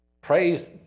Praise